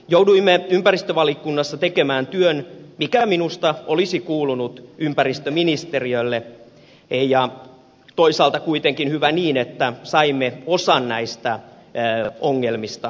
jouduimme ympäristövaliokunnassa tekemään työn mikä minusta olisi kuulunut ympäristöministeriölle ja toisaalta kuitenkin hyvä niin että saimme osan näistä ongelmista korjattua